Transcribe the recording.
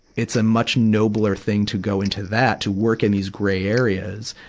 it's a much nobler thing to go into that, to work in these gray areas,